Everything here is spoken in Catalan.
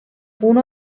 punt